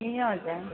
ए हजुर